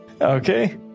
Okay